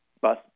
bus